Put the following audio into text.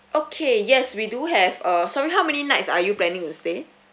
okay yes we do have uh sorry how many nights are you planning to stay